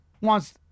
wants